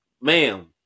Ma'am